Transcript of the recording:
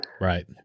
Right